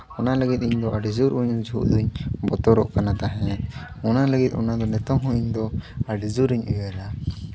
ᱚᱱᱟ ᱞᱟᱹᱜᱤᱫ ᱟᱹᱰᱤ ᱡᱳᱨ ᱩᱱ ᱡᱚᱦᱚᱜ ᱫᱚᱹᱧ ᱵᱚᱛᱚᱨᱚᱜ ᱠᱟᱱᱟ ᱛᱟᱦᱮᱸᱫ ᱚᱱᱟ ᱞᱟᱹᱜᱤᱫ ᱚᱱᱟᱫᱚ ᱱᱤᱛᱚᱝ ᱦᱚᱸ ᱤᱧᱫᱚ ᱟᱹᱰᱤ ᱡᱳᱨ ᱤᱧ ᱩᱭᱦᱟᱹᱨᱟ